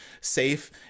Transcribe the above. safe